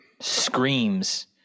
screams